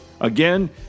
Again